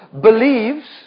believes